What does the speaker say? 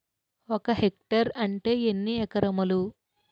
ఒక హెక్టార్ అంటే ఎన్ని ఏకరములు?